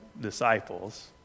disciples